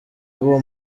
b’uwo